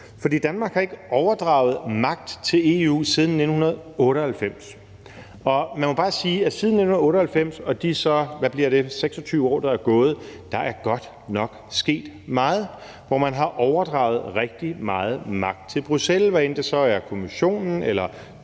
For Danmark har ikke overdraget magt til EU siden 1998, og man må bare sige, at siden 1998 og de 26 år, der er gået, er der godt nok sket meget, hvor man har overdraget rigtig meget magt til Bruxelles, hvad end det så er Kommissionen eller